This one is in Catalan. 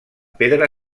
pedra